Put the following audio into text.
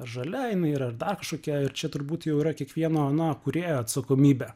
žalia jinai yra ar dar kažkokia čia turbūt jau yra kiekvieno na kūrėjo atsakomybė